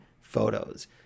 photos